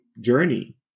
journey